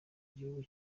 igihugu